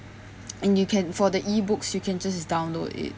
and you can for the e-books you can just download it